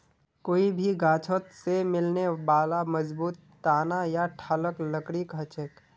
कोई भी गाछोत से मिलने बाला मजबूत तना या ठालक लकड़ी कहछेक